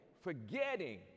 Forgetting